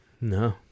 no